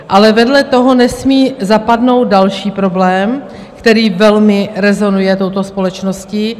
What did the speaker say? Ale vedle toho nesmí zapadnout další problém, který velmi rezonuje touto společností.